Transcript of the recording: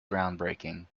groundbreaking